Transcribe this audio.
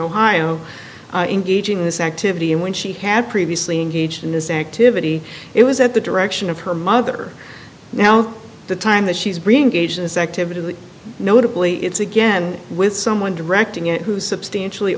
ohio engaging in this activity and when she had previously engaged in this activity it was at the direction of her mother now the time that she's being gauged this activity notably it's again with someone directing it who is substantially